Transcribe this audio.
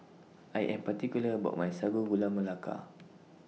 I Am particular about My Sago Gula Melaka